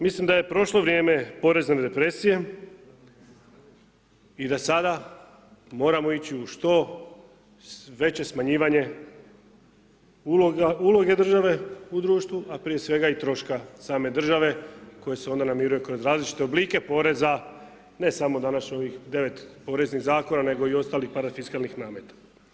Mislim da je prošlo vrijeme porezne depresije i da sada moramo ići u što veće smanjivanje uloge države u društvu, a prije svega i troška same države, koja se onda namiruje kroz različite oblike poreza, ne samo današnjih ovih 9 poreznih zakona, nego i ostalih parafiskalnih nameta.